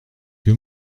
que